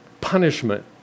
punishment